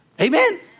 Amen